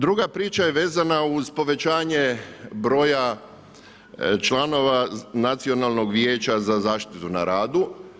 Druga priča je vezana uz povećanje broja članova nacionalnog vijeća za zaštitu na radu.